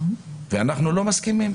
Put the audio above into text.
ואנחנו לא מסכימים,